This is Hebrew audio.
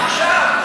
עכשיו,